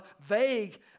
vague